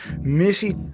missy